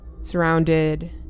surrounded